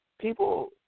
People